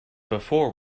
before